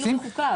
אפילו בחוקה,